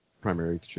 primary